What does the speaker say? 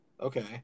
Okay